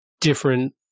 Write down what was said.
different